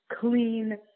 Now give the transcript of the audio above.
clean